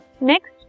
Next